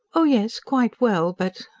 oh yes, quite well. but.